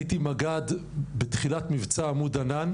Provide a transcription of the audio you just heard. הייתי מגד בתחילת מבצע עמוד ענן,